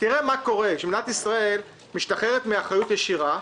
תראה מה קורה כשמדינת ישראל משתחררת מאחריות ישירה?